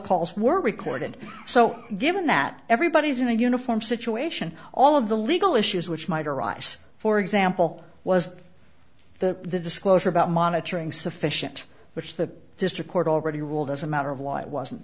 calls were recorded so given that everybody is in a uniform situation all of the legal issues which might arise for example was the disclosure about monitoring sufficient which the district court already ruled as a matter of why wasn't